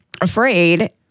afraid